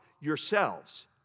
Yourselves